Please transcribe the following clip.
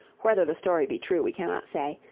whether the story be true we cannot say,